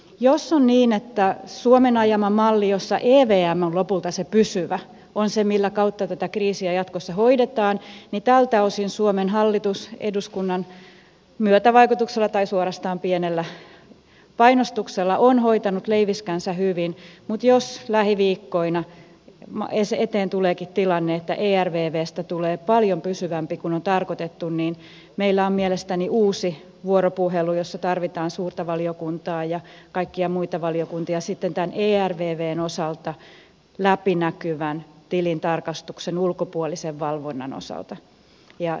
jos on niin että suomen ajama malli jossa evm on lopulta se pysyvä on se minkä kautta tätä kriisiä jatkossa hoidetaan niin tältä osin suomen hallitus eduskunnan myötävaikutuksella tai suorastaan pienellä painostuksella on hoitanut leiviskänsä hyvin mutta jos lähiviikkoina eteen tuleekin tilanne että ervvstä tulee paljon pysyvämpi kuin on tarkoitettu niin meillä on mielestäni uusi vuoropuhelu jossa tarvitaan suurta valiokuntaa ja kaikkia muita valiokuntia sitten tämän ervvn osalta läpinäkyvän tilintarkastuksen ulkopuolisen valvonnan osalta